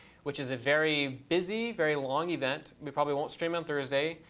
which is a very busy, very long event. we probably won't stream on thursday.